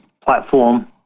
platform